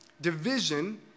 division